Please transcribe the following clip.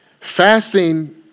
fasting